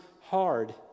hard